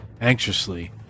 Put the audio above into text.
anxiously